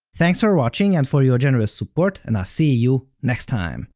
thanks for watching and for your generous support, and i'll see you next time!